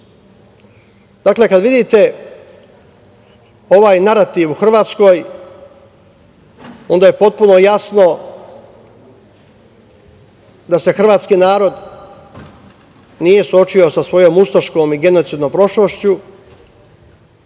režima. Dakle, kada vidite ovaj narativ u Hrvatskoj, onda je potpuno jasno da se hrvatski narod nije suočio sa svojom ustaškom i genocidnom prošlošću,